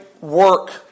work